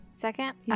Second